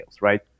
right